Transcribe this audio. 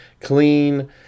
clean